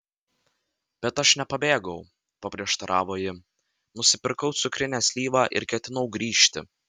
bet aš nepabėgau paprieštaravo ji nusipirkau cukrinę slyvą ir ketinau grįžti